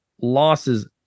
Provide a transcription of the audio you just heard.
losses